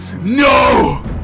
NO